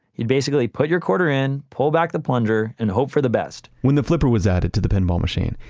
you'd basically put your quarter in, pull back the plunger and hope for the best when the flipper was added to the pinball machine,